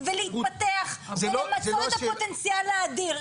ולהתפתח ולמצות את הפוטנציאל האדיר,